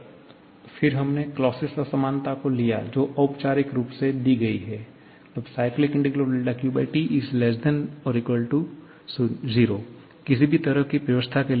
फिर हमने क्लॉसियस असमानता को लिया जो औपचारिक रूप से दी गई है QT0 किसी भी तरह की व्यवस्था के लिए